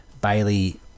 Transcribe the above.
Bailey